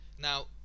Now